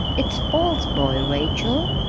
it's paul's boy, rachel,